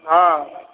हँ